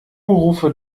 rufe